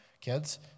kids